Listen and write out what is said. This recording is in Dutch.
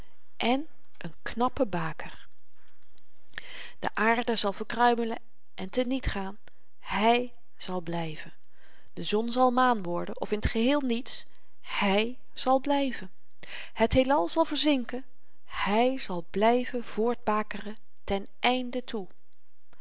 en n knappe baker de aarde zal verkruimelen en te niet gaan hy zal blyven de zon zal maan worden of in t geheel niets hy zal blyven het heelal zal verzinken hy zal blyven voortbakeren ten einde toe